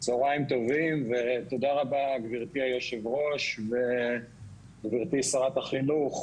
צוהריים טובים ותודה רבה גבירתי היושב-ראש וגבירתי שרת החינוך,